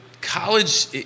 College